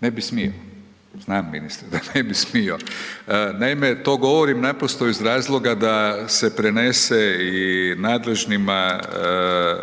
Ne bi smo, znam ministre da ne bi smio. Naime, to govorim naprosto iz razloga da se prenese i nadležnima